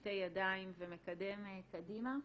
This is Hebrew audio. בשתי ידיים ומקדם קדימה.